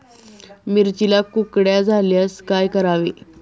मिरचीला कुकड्या झाल्यास काय करावे?